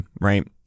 right